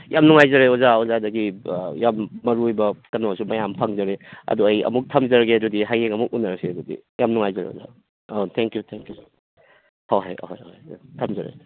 ꯌꯥꯝ ꯅꯨꯡꯉꯥꯏꯖꯔꯦ ꯑꯣꯖꯥ ꯑꯣꯖꯥꯗꯒꯤ ꯌꯥꯝ ꯃꯔꯨ ꯑꯣꯏꯕ ꯀꯩꯅꯣꯁꯨ ꯃꯌꯥꯝ ꯐꯪꯖꯔꯦ ꯑꯗꯨ ꯑꯩ ꯑꯃꯨꯛ ꯊꯝꯖꯔꯒꯦ ꯑꯗꯨꯗꯤ ꯍꯌꯦꯡ ꯑꯃꯨꯛ ꯎꯅꯔꯁꯤ ꯑꯗꯨꯗꯤ ꯌꯥꯝ ꯅꯨꯡꯉꯥꯏꯖꯔꯦ ꯑꯣꯖꯥ ꯊꯦꯡꯀ꯭ꯌꯨ ꯊꯦꯡꯀ꯭ꯌꯨ ꯍꯣꯏ ꯍꯣꯏ ꯑꯍꯣꯏ ꯑꯍꯣꯏ ꯑꯣꯖꯥ ꯊꯝꯖꯔꯦ